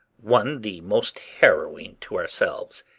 one the most harrowing to ourselves.